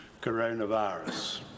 coronavirus